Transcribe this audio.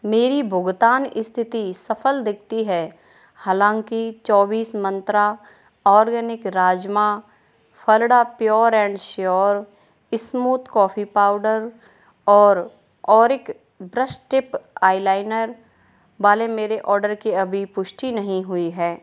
मेरी भुगतान स्थिति सफल दिखती है हालाँकि चौबीस Mantra organic rajma Phalada pure and sure smooth coffee powder और औरिक दृस्टिप आईलाइनर वाले मेरे आर्डर की अभी पुष्टि नहीं हुई है